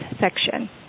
section